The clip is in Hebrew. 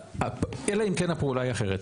אלא אם כן הפעולה היא אחרת,